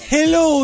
Hello